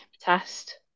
test